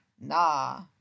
Nah